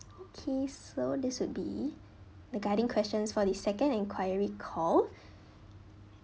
okay so this would be the guiding questions for the second enquiry call